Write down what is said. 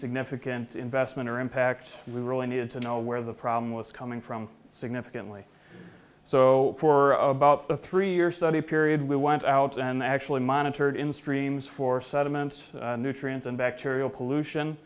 significant investment or impact we really needed to know where the problem was coming from significantly so for about a three year study period we went out and actually monitored in streams for sediments nutrients and bacterial pollution